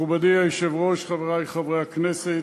מכובדי היושב-ראש, חברי חברי הכנסת,